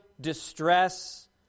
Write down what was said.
distress